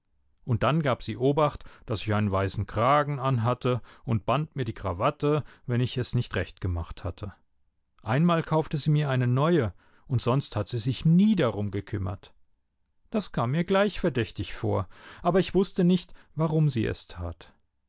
und dann gab sie obacht daß ich einen weißen kragen anhatte und band mir die krawatte wenn ich es nicht recht gemacht hatte einmal kaufte sie mir eine neue und sonst hat sie sich nie darum gekümmert das kam mir gleich verdächtig vor aber ich wußte nicht warum sie es tat